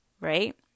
Right